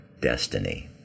destiny